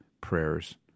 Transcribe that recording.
prayers